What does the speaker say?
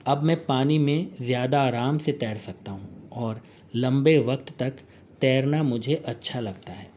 اب میں پانی میں زیادہ آرام سے تیر سکتا ہوں اور لمبے وقت تک تیرنا مجھے اچھا لگتا ہے